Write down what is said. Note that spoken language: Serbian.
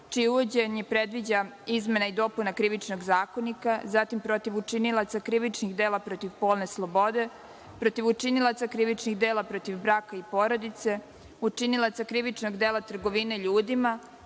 čije uvođenje predviđa izmena i dopuna Krivičnog zakonika, zatim protiv učinilaca krivičnih dela protiv polne slobode, protiv učinilaca krivičnih dela protiv braka i porodice, učinilaca krivičnog dela trgovine ljudima,